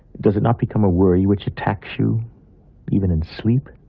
does it not become a worry which attacks you even in sleep?